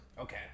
Okay